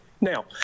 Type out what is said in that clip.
Now